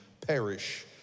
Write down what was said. perish